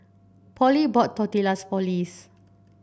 Pollie bought Tortillas for Liz